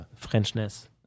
Frenchness